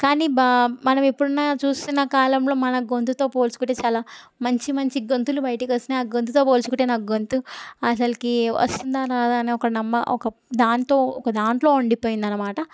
కానీ బా మనం ఇప్పుడున్న చూస్తున్న కాలంలో మన గొంతుతో పోల్చుకుంటే చాలా మంచి మంచి గొంతులు బయటకు వస్తున్నాయి ఆ గొంతుతో పోల్చుకుంటే నా గొంతు అసలుకి వస్తుందా రాదా అని ఒక నమ్మకం ఒక దాంతో ఒక దాంట్లో ఉండిపోయింది అనమాట